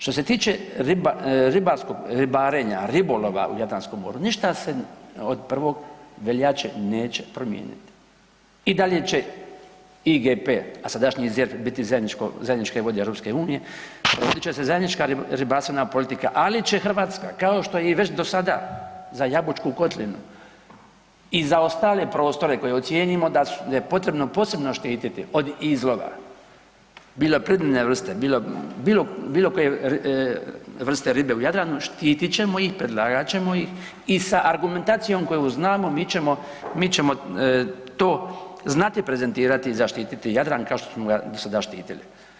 Što se tiče ribarenja, ribolova u Jadranskom moru, ništa se ne od 1. veljače neće promijeniti, i dalje će IGP a sadašnji ZERP biti zajedničke vode EU-a, provoditi će se zajednička ribarstvena politika ali će Hrvatska kao što je i već do sada za Jabučku kotlinu i za ostale prostore koje ocijenimo da je potrebno posebno štititi od izlova, bilo ... bilo bilokoje vrste ribe u Jadranu, štitit ćemo ih, predlagat ćemo ih i sa argumentacijom koju znamo, mi ćemo to znati prezentirati i zaštititi Jadran kao što smo ga do sada štitili.